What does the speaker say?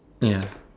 ya